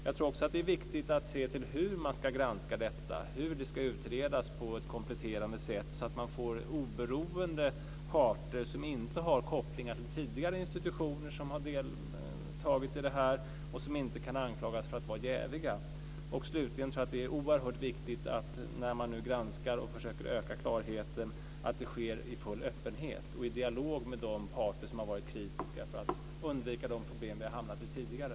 Jag tror också att det är viktigt att se till hur man ska granska detta, hur det ska utredas på ett kompletterande sätt så att man får oberoende parter som inte har kopplingar till tidigare institutioner vilka har arbetat med det här och som inte kan anklagas för att vara jäviga. Slutligen tror jag att det är oerhört viktigt, när man nu granskar och försöker öka klarheten, att det sker i full öppenhet och i dialog med de parter som har varit kritiska för att undvika de problem som vi har hamnat i tidigare.